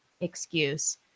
excuse